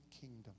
kingdom